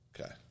Okay